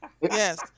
Yes